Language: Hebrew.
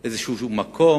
או איזשהו מקום,